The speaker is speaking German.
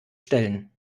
stellen